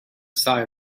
sigh